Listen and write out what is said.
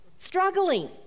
Struggling